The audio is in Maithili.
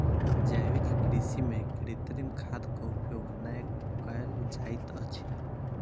जैविक कृषि में कृत्रिम खादक उपयोग नै कयल जाइत अछि